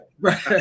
right